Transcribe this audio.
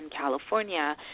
California